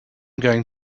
going